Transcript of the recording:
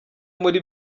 muri